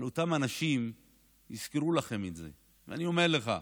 אבל אותם אנשים יזכרו לכם את זה, אני אומר לך.